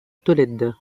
tolède